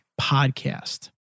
podcast